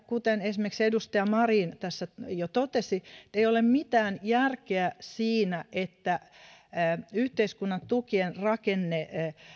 kuten esimerkiksi edustaja marin tässä jo totesi ei ole mitään järkeä siinä että yhteiskunnan tukien rakenne